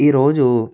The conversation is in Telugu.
ఈ రోజు